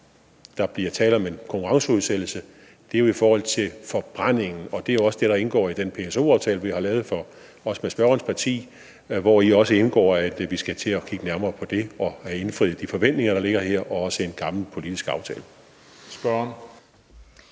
der bliver tale om en konkurrenceudsættelse, er i forbindelse med forbrændingen. Det er jo også det, der indgår i den PSO-aftale, vi har lavet bl.a. med spørgerens parti, hvori også indgår, at vi skal til at kigge nærmere på det og have indfriet de forventninger, der ligger her – og også en gammel politisk aftale. Kl.